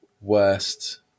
worst